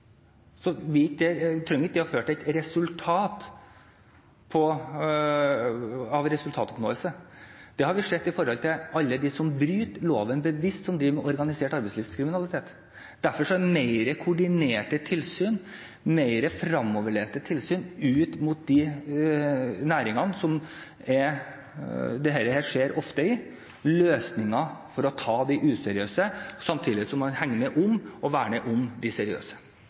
så trenger ikke det å føre til resultatoppnåelse. Det har vi sett i forhold til alle de som bryter loven bevisst, de som driver med organisert arbeidslivskriminalitet. Derfor er mer koordinerte tilsyn, mer fremoverlente tilsyn inn mot de næringene der dette skjer ofte, løsningen for å ta de useriøse, samtidig som man hegner om og verner om de seriøse.